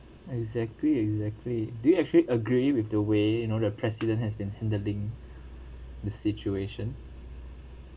exactly exactly do you actually agree with the way you know the president has been handling the situation